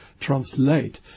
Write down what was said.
translate